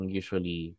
usually